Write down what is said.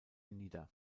nieder